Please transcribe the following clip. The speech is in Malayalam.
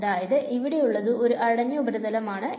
അതായത് ഇവിടെ ഉള്ളത് ഒരു അടഞ്ഞ ഉപരിതലം ആണ്